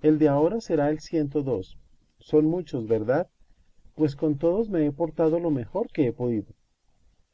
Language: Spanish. el de ahora será el ciento dos son muchos verdad pues con todos me he portado lo mejor que he podido